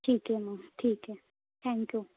ठीक आहे मग ठीक आहे थँक्यू